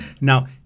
Now